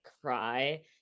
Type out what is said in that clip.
cry